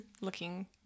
looking